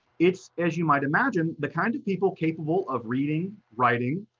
it's, as you might imagine, the kind of people capable of reading, writing,